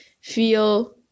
feel